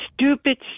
stupid